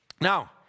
now